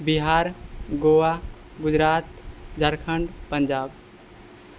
Bihar Goa Gujarat Jharkhand Punjab